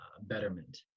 betterment